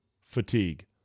fatigue